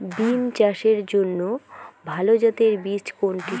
বিম চাষের জন্য ভালো জাতের বীজ কোনটি?